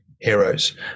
heroes